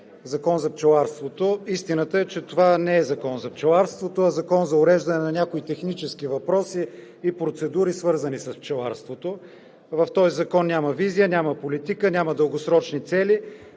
Закон за пчеларството. Истината е, че това не е Закон за пчеларството, а закон за уреждане на някои технически въпроси и процедури, свързани с пчеларството. В този закон няма визия, няма политика, няма дългосрочни цели.